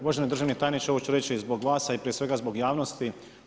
Uvaženi državni tajniče, ovo ću reći zbog vas, a i prije svega zbog javnosti.